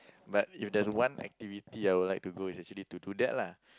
but if there's one activity I would like to go is actually to do that lah